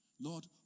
Lord